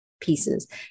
pieces